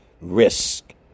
risk